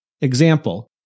Example